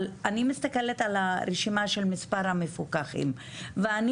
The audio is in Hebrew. אבל אני מסתכלת על הרשימה של מספר המפוקחים ואני